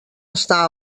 està